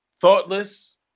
Thoughtless